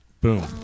Boom